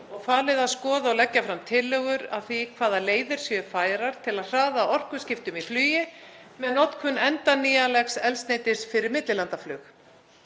og falið að skoða og leggja fram tillögur að því hvaða leiðir séu færar til að hraða orkuskiptum í flugi með notkun endurnýjanlegs eldsneytis fyrir millilandaflug.